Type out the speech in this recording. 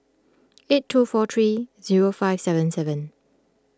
eight two four three zero five seven seven